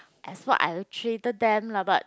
as what I treated them lah but